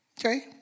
Okay